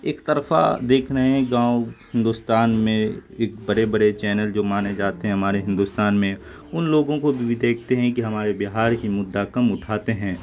ایک طرفہ دیکھ رہے ہیں گاؤں ہندوستان میں ایک بڑے بڑے چینل جو مانے جاتے ہیں ہمارے ہندوستان میں ان لوگوں کو بھی دیکھتے ہیں کہ ہمارے بہار کی مدعا کم اٹھاتے ہیں